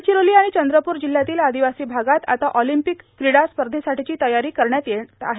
गडविरोली आणि चंद्रपूर जिल्ह्यातील आदिवासी भागात आता ओलंपिक क्रीडा स्पर्षेसाठीची तयारी करण्यात येणार आहे